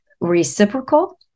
reciprocal